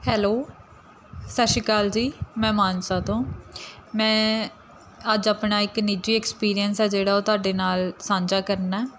hello ਸਤਿ ਸ਼੍ਰੀ ਅਕਾਲ ਜੀ ਮੈਂ ਮਾਨਸਾ ਤੋਂ ਮੈਂ ਅੱਜ ਆਪਣਾ ਇੱਕ ਨਿੱਜੀ ਐਕਸਪੀਰੀਅੰਸ ਆ ਜਿਹੜਾ ਉਹ ਤੁਹਾਡੇ ਨਾਲ ਸਾਂਝਾ ਕਰਨਾ